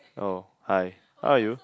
oh hi how are you